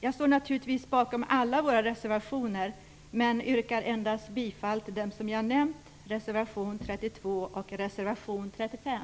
Jag står naturligtvis bakom alla våra reservationer men yrkar bifall bara till dem som jag har nämnt, reservation 32 och reservation 35.